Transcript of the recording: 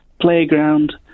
playground